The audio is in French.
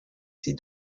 ses